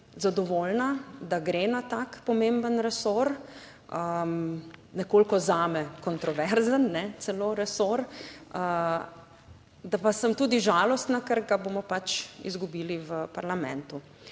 zadovoljna, da gre na tak pomemben resor, nekoliko zame kontroverzen celo resor. Da pa sem tudi žalostna, ker ga bomo izgubili v parlamentu.